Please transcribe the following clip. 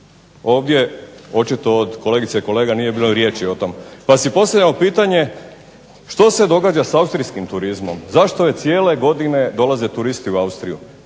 Ovdje očito od kolegica i kolega nije bilo riječi o tom, pa si postavljamo pitanje što se događa sa austrijskim turizmom. Zašto cijele godine dolaze turisti u Austriju